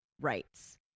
rights